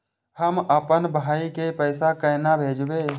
हम आपन भाई के पैसा केना भेजबे?